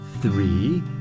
three